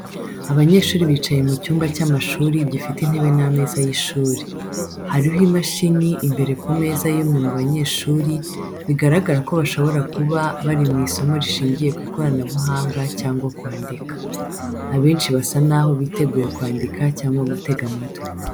Abanyeshuri bicaye mu cyumba cy’amashuri gifite intebe n’ameza y’ishuri. Hariho imashini imbere ku meza y’umwe mu banyeshuri, biragaragara ko bashobora kuba bari mu isomo rishingiye ku ikoranabuhanga cyangwa kwandika. Abenshi basa nkaho biteguye kwandika cyangwa gutega amatwi.